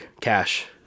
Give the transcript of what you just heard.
Cash